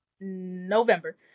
November